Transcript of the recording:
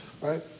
right